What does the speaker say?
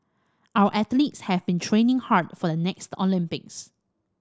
our athletes have been training hard for the next Olympics